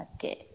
Okay